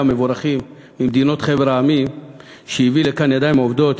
מבורכים מחבר המדינות שהביאו לכאן ידיים עובדות,